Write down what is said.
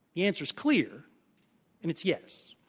the answer is clear, and it's yes.